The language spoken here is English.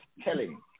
telling